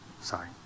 Sorry